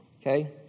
Okay